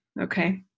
okay